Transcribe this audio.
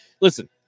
listen